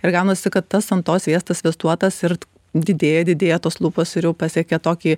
ir gaunasi kad tas ant to sviestas sviestuotas ir didėja didėja tos lūpos ir pasiekė tokį